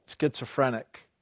schizophrenic